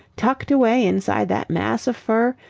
tucked away inside that mass of fur,